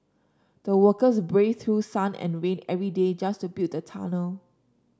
the workers braved through sun and rain every day just to build the tunnel